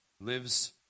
lives